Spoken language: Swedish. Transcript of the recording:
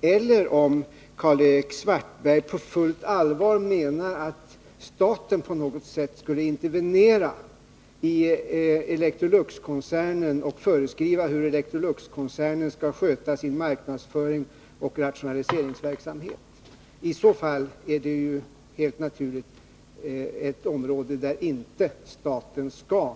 Jag vet inte om det är så eller om Karl-Erik Svartberg på fullt allvar menar att staten på något sätt skulle intervenera i Electroluxkoncernen och föreskriva hur den skall sköta sin marknadsföring och sin rationaliseringsverksamhet. Jag vill i så fall säga att detta helt naturligt är ett område där inte staten skall